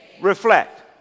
reflect